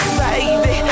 baby